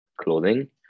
clothing